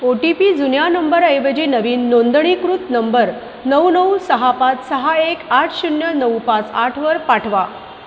ओ T P जुन्या नंबरऐवजी नवीन नोंदणीकृत नंबर नऊ नऊ सहा पाच सहा एक आठ शून्य नऊ पाच आठवर पाठवा